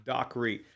Dockery